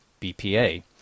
BPA